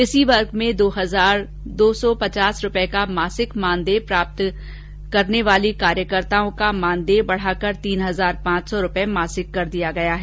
इसी वर्ग में दो हजार दो सौ पचास रुपए का मासिक मानदेय प्राप्त करने वाली कार्यकर्ताओं का मानदेय बढ़ाकर तीन हजार पांच सौ रुपए मासिक कर दिया गया है